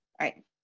right